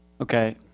Okay